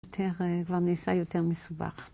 כבר נעשה יותר מסובך.